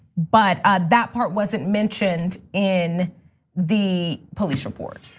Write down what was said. but that part wasn't mentioned in the police report.